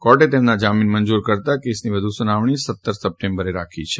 કોર્ટે તેમના જામીન મંજુર કરતાં કેસની વધુ સુનાવણી આગામી સાતમી સપ્ટેમ્બરે રાખી છે